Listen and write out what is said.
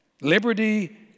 Liberty